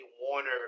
Warner